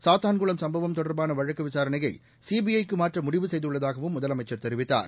சாத்தான்குளம் சம்பவம் தொடர்பான வழக்கு விசாரணையை சிபிஐ க்கு மாற்ற முடவ செய்துள்ளதாகவும் முதலமைச்சர் தெரிவித்தார்